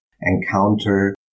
encounter